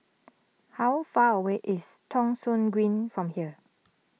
how far away is Thong Soon Green from here